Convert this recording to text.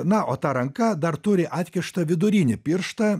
na o ta ranka dar turi atkištą vidurinį pirštą